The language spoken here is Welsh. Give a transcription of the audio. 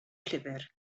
llyfr